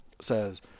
says